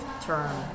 term